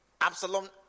Absalom